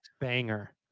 banger